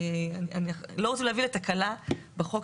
אנחנו לא רוצים להביא לתקלה בחוק,